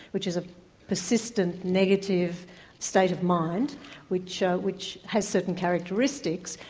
which is a persistent negative state of mind which ah which has certain characteristics.